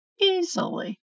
easily